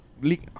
league